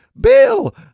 Bill